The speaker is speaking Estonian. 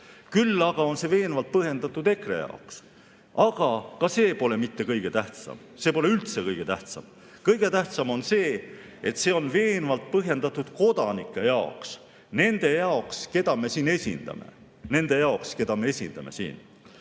Küll aga on see veenvalt põhjendatud EKRE jaoks. Aga ka see pole mitte kõige tähtsam, see pole üldse kõige tähtsam. Kõige tähtsam on see, et see on veenvalt põhjendatud kodanike jaoks – nende jaoks, keda me siin esindame. Nende jaoks, keda me esindame siin.